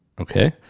Okay